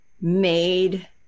made